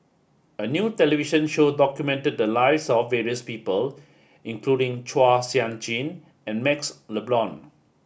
a new television show documented the lives of various people including Chua Sian Chin and MaxLe Blond